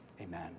amen